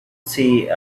see